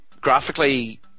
Graphically